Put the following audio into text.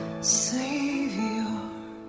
Savior